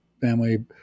family